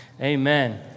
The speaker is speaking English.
amen